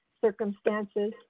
circumstances